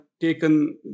taken